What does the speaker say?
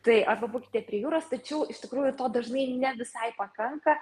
tai arba būkite prie jūros tačiau iš tikrųjų to dažnai ne visai pakanka